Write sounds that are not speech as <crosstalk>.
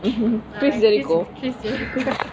mmhmm chris jericho <noise>